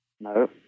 No